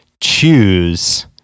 choose